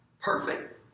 perfect